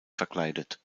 verkleidet